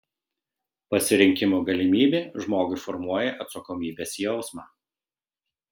pasirinkimo galimybė žmogui formuoja atsakomybės jausmą